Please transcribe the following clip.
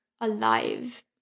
alive